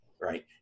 right